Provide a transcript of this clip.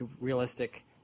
realistic –